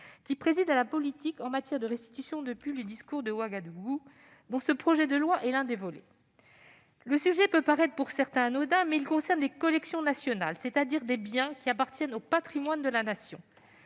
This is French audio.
qui préside à la politique menée en matière de restitution depuis le discours de Ouagadougou, dont ce projet de loi est l'un des volets. Certains pourront trouver ce sujet anodin, mais il y va de collections nationales, c'est-à-dire de biens qui appartiennent au patrimoine de la Nation